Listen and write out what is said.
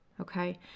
okay